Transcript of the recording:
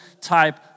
type